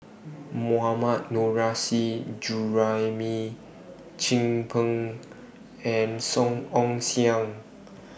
Mohammad Nurrasyid Juraimi Chin Peng and Song Ong Siang